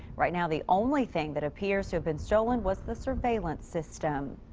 right now, the only thing that appears to have been stolen was the surveillance system.